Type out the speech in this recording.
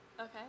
Okay